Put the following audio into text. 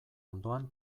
ondoan